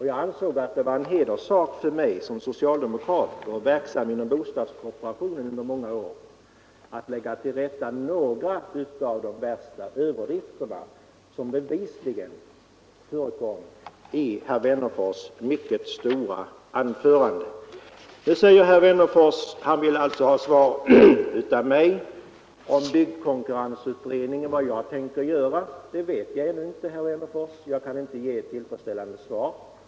Jag fattade det som en hederssak för mig som socialdemokrat och verksam inom bostadskooperationen i många år att lägga till rätta några av de värsta av de överdrifter som bevisligen förekom i herr Wennerfors” mycket stora anförande. Herr Wennerfors vill nu ha svar från mig på frågan vad som skall ske i anledning av byggkonkurrensutredningens betänkande. Det vet jag ännu inte, herr Wennerfors. Jag kan inte ge ett tillfredsställande svar.